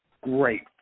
great